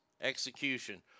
Execution